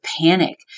panic